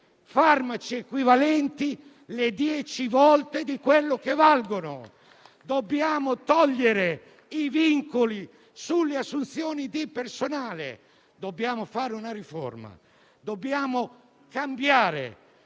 farmaci equivalenti dieci volte il loro valore. Dobbiamo togliere i vincoli alle assunzioni di personale, dobbiamo fare una riforma, dobbiamo cambiare.